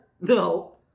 No